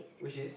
which is